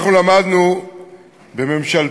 אנחנו למדנו בממשלתו,